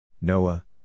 Noah